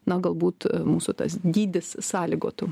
na galbūt mūsų tas dydis sąlygotų